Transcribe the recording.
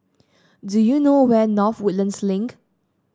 do you know where North Woodlands Link